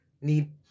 need